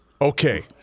Okay